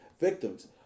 victims